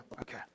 okay